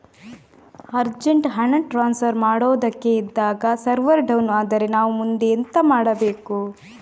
Urgent ಹಣ transfer ಮಾಡೋದಕ್ಕೆ ಇದ್ದಾಗ ಸರ್ವರ್ ಡೌನ್ ಆದರೆ ನಾವು ಮುಂದೆ ಎಂತ ಮಾಡಬೇಕು?